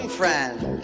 friend